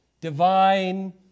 divine